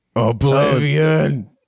Oblivion